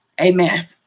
Amen